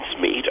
meet